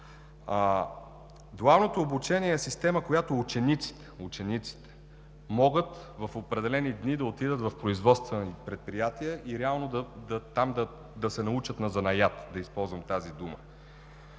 Дуалното обучение е система, в която учениците могат в определени дни да отидат в производствени предприятия и реално там да се научат на занаят – да използвам тази дума.